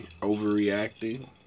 overreacting